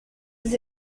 does